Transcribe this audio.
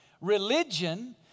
Religion